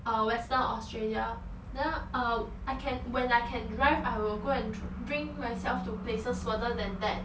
uh western australia then uh I can when I can drive I will go and dri~ bring myself to places further than that